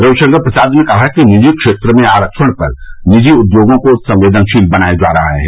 रविशंकर प्रसाद ने कहा कि निजी क्षेत्र में आरक्षण पर निजी उद्योगों को संवेदनशील बनाया जा रहा है